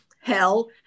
hell